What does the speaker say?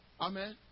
Amen